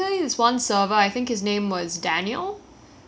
daniel or maybe tan I think